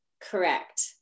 correct